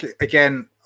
again